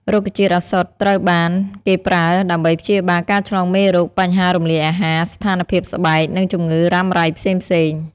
រុក្ខជាតិឱសថត្រូវបានគេប្រើដើម្បីព្យាបាលការឆ្លងមេរោគ បញ្ហារំលាយអាហារ ស្ថានភាពស្បែក និងជំងឺរ៉ាំរ៉ៃផ្សេងៗ។